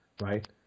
right